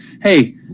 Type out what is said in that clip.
hey